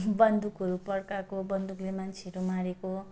बन्दुकहरू पड्काएको बन्दुकले मान्छेहरू मारेको